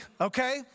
okay